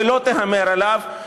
ולא תהמר עליו,